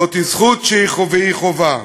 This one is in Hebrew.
זו זכות שהיא חובה,